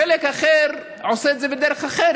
חלק אחר עושה את זה בדרך אחרת,